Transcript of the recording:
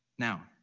Now